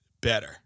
better